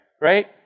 right